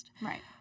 Right